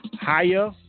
Higher